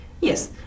yes